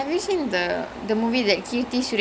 eh Dhruva Natchathiram natchathiram is coming out